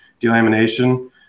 delamination